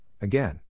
again